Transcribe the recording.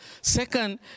Second